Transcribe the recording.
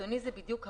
אבל זה בדיוק הפוך.